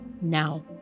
Now